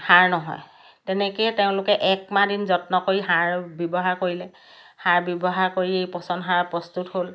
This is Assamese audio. সাৰ নহয় তেনেকৈ তেওঁলোকে একমাহ দিন যত্ন কৰি সাৰ ব্যৱহাৰ কৰিলে সাৰ ব্যৱহাৰ কৰি পচন সাৰ প্ৰস্তুত হ'ল